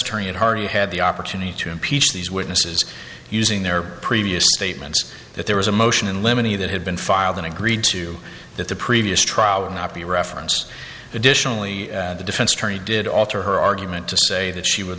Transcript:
attorney and harvey had the opportunity to impeach these witnesses using their previous statements that it was a motion in limine e that had been filed and agreed to that the previous trial would not be referenced additionally the defense attorney did alter her argument to say that she would